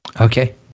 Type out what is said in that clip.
Okay